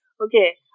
Okay